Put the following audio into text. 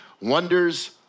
Wonders